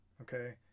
okay